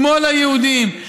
כמו ליהודים,